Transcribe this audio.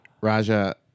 Raja